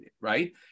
right